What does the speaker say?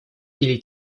или